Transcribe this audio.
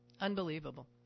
Unbelievable